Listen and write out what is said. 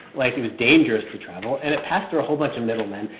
like, it was dangerous to travel. and it passed through a whole bunch of middlemen.